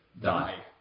die